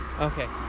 Okay